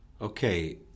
Okay